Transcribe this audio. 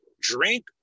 drink